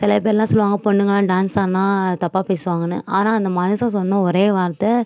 சில பேர்லாம் சொல்லுவாங்க பொண்ணுங்கள் எல்லாம் டான்ஸ் ஆடுனா தப்பாக பேசுவாங்கன்னு ஆனால் அந்த மனுஷன் சொன்ன ஒரே வார்த்தை